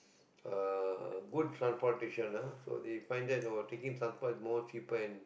uh good transportation ah so they find that about taking transport is more cheaper